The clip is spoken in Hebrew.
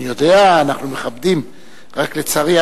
לא, אני שרה תורנית.